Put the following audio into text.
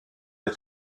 des